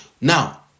Now